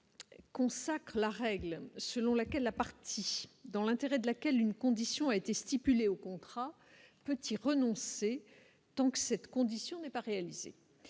4. Consacrent la règle selon laquelle la partie dans l'intérêt de laquelle une condition a été stipulé au contrat peut renoncer tant que cette condition n'est pas réalisée,